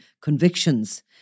convictions